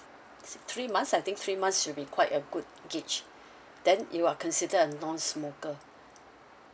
s~ three months I think three months should be quite a good gauge then you are considered a non smoker